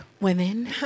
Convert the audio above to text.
women